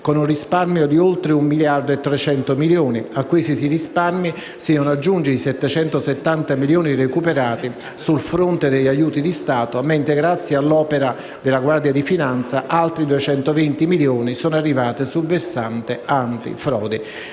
con un risparmio di oltre 1, 3 miliardi di euro. A questi risparmi si devono aggiungere i 770 milioni recuperati sul fronte degli aiuti di Stato, mentre grazie all'opera della Guardia di finanza altri 220 milioni sono arrivati sul versante antifrode.